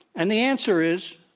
and the answer is,